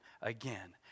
again